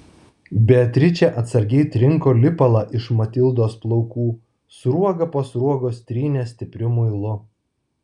beatričė atsargiai trinko lipalą iš matildos plaukų sruogą po sruogos trynė stipriu muilu